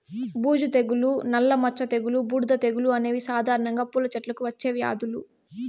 బూజు తెగులు, నల్ల మచ్చ తెగులు, బూడిద తెగులు అనేవి సాధారణంగా పూల చెట్లకు వచ్చే వ్యాధులు